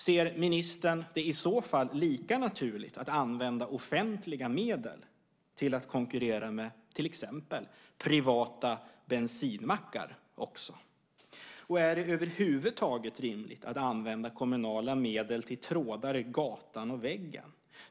Ser ministern det i så fall lika naturligt att använda offentliga medel till att konkurrera med till exempel privata bensinmackar? Är det över huvud taget rimligt att använda kommunala medel till trådar i gatan och väggen?